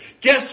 Guess